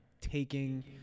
taking